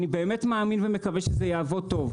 ואני באמת מאמין ומקווה שזה יעבוד טוב,